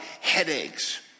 headaches